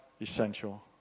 essential